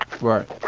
Right